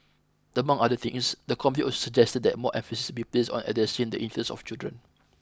among other things the committee also suggested that more emphasis be placed on addressing the interests of children